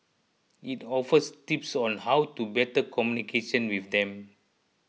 it offers tips on how to better communication with them